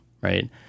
right